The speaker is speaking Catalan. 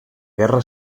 guerra